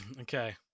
Okay